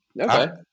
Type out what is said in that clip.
Okay